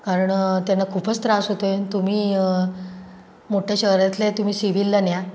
कारण त्यांना खूपच त्रास होतो आहे तुम्ही मोठ्या शहरातल्या तुम्ही सिविलला न्या